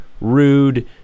rude